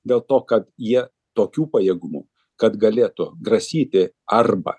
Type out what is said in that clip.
dėl to kad jie tokių pajėgumų kad galėtų grasyti arba